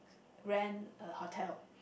rent a hotel